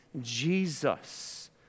Jesus